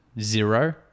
zero